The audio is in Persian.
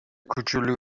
کوچولو